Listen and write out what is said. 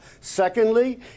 Secondly